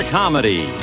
comedy